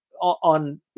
on